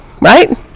right